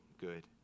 good